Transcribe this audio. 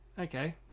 okay